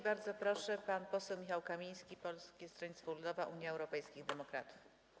Bardzo proszę, pan poseł Michał Kamiński, Polskie Stronnictwo Ludowe - Unia Europejskich Demokratów.